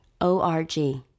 O-R-G